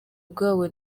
bwabo